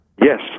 Yes